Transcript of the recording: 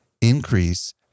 increase